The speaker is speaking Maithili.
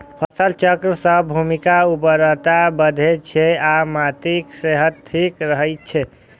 फसल चक्र सं भूमिक उर्वरता बढ़ै छै आ माटिक सेहत ठीक रहै छै